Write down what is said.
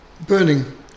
burning